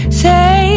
say